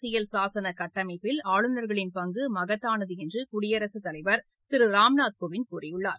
அரசியல் சாசன கட்டமைப்பில் ஆளுநர்களின் பங்கு மகத்தானது என்று குடியரசுத் தலைவர் திரு ராம்நாத் கோவிந்த் கூறியுள்ளார்